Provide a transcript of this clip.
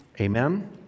Amen